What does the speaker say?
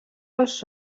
els